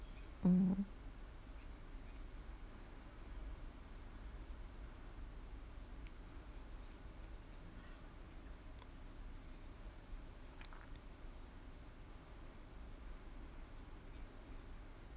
mm